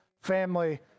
family